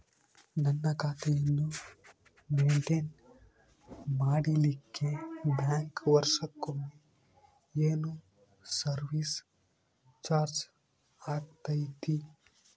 ನನ್ನ ಖಾತೆಯನ್ನು ಮೆಂಟೇನ್ ಮಾಡಿಲಿಕ್ಕೆ ಬ್ಯಾಂಕ್ ವರ್ಷಕೊಮ್ಮೆ ಏನು ಸರ್ವೇಸ್ ಚಾರ್ಜು ಹಾಕತೈತಿ?